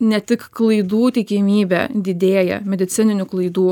ne tik klaidų tikimybė didėja medicininių klaidų